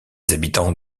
habitants